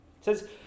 says